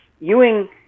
ewing